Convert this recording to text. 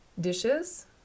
dishes